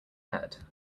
head